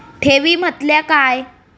ठेवी म्हटल्या काय?